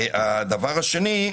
הדבר השני,